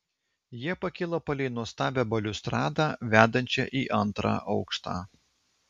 jie pakilo palei nuostabią baliustradą vedančią į antrą aukštą